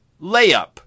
Layup